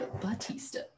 Batista